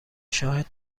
شاهد